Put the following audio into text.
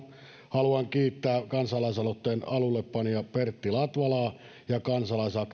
haluan kiittää kansalaisaloitteen alullepanijaa pertti latvalaa ja kansalaisaktiivi